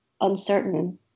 uncertain